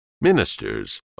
Ministers